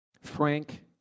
Frank